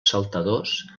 saltadors